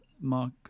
Mark